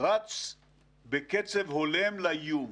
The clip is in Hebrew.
רץ בקצב הולם לאיום.